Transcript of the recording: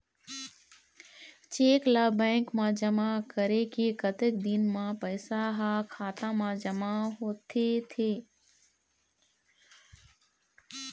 Cheque ला bank मा जमा करे के कतक दिन मा पैसा हा खाता मा जमा होथे थे?